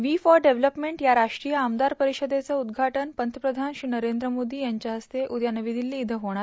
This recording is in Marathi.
वी फॉर डेव्हलपमेंट या राष्ट्रीय आमदार परिषदेचं उद्घाटन पंतप्रधान श्री नरेंद्र मोदी यांच्या हस्ते उद्या नवी दिल्ली इथं होणार